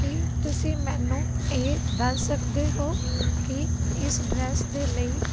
ਕੀ ਤੁਸੀਂ ਮੈਨੂੰ ਇਹ ਦੱਸ ਸਕਦੇ ਹੋ ਕਿ ਇਸ ਡਰੈਸ ਦੇ ਲਈ